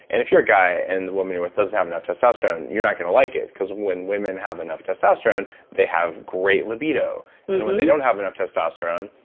and if you're a guy, and the woman you're with doesn't have enough testosterone, you're not gonna like it. because when women have enough testosterone they have great libido. and when they don't have enough testosterone,